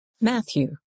Matthew